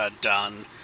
done